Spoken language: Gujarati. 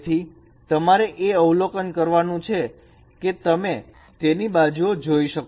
તેથી તમારે એ અવલોકન કરવાનું છે કે તમે તેની બાજુઓ જોઈ શકો